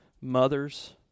mothers